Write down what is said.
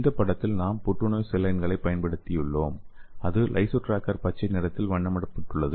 இந்த படத்தில் நாம் புற்றுநோய் செல் லைன்களைப் பயன்படுத்தியுள்ளோம் அது லைசோட்ராகர் பச்சை நிறத்தில் வண்ணமிடப்பட்டுள்ளது